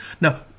Now